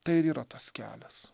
tai ir yra tas kelias